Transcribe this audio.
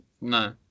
No